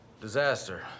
Disaster